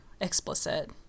explicit